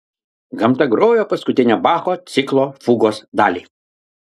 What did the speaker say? gamta grojo paskutinę bacho ciklo fugos dalį